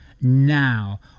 now